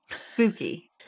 spooky